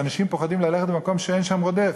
שאנשים פוחדים ללכת במקום שאין שם רודף.